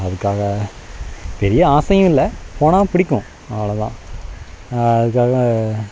அதுக்காக பெரிய ஆசையும் இல்லை போனால் பிடிக்கும் அவ்வளதான் அதுக்காக